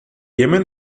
yemen